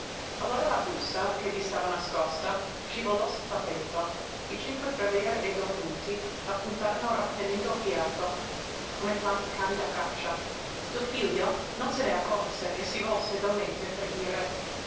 allora la busta che vi stava nascosta scivolò sul tappeto i cinque prever e don buti la puntarono rattenendo il fiato come tanti cani da caccia il figlio non se ne accorse e si volse dolente per dire